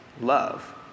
love